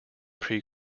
pre